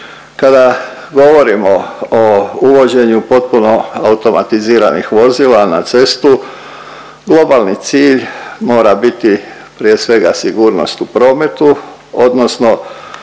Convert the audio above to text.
Kada govorimo o uvođenju potpuno automatiziranih vozila na cestu globalni cilj mora biti prije svega sigurnost u prometu odnosno